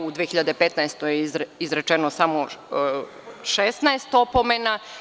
U 2015. godini izrečeno samo 16 opomena.